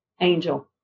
angel